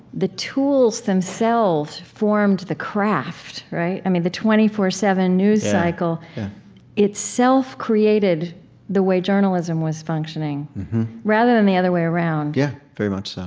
the tools themselves formed the craft i mean, the twenty four seven news cycle itself created the way journalism was functioning rather than the other way around yeah very much so.